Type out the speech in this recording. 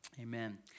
Amen